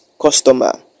customer